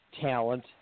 talent